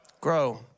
grow